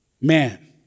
Man